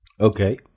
okay